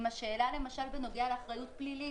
עם השאלה למשל בנוגע לאחריות פלילית,